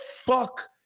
fuck